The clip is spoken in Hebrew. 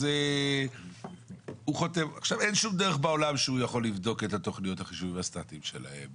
אז אין שום דרך בעולם שהוא יכול לבדוק את תכניות החישוב הסטאטיים שלהם,